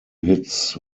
hits